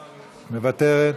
מוותרת.